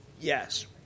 Yes